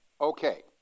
Okay